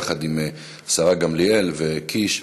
יחד עם השרה גמליאל וקיש,